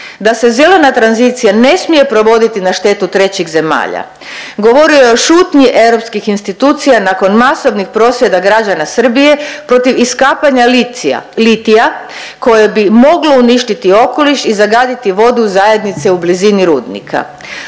da se zelena tranzicija ne smije provoditi na štetu trećih zemalja. Govorio je o šutnji europskih institucija nakon masovnih prosvjeda građana Srbije protiv iskapanja licija, litija koje bi moglo uništiti okoliš i zagaditi vodu zajednice u blizini rudnika.